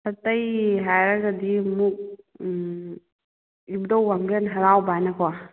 ꯑꯇꯩ ꯍꯥꯏꯔꯒꯗꯤ ꯑꯃꯨꯛ ꯏꯕꯨꯙꯧ ꯋꯥꯡꯕ꯭ꯔꯦꯜ ꯍꯔꯥꯎꯕ ꯍꯥꯏꯅ ꯀꯣ